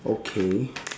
okay